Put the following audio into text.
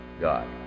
God